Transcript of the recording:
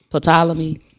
Ptolemy